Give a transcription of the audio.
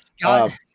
God